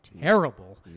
terrible